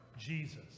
Jesus